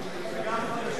זה גם חדשות טובות.